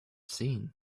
seen